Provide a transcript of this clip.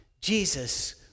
Jesus